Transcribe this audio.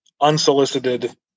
unsolicited